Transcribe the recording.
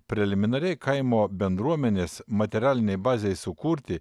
preliminariai kaimo bendruomenės materialinei bazei sukurti